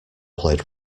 played